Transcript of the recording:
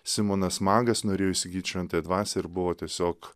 simonas magas norėjo įsigyt šventąją dvasią ir buvo tiesiog